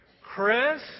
Chris